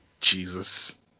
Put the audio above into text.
Jesus